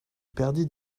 perdit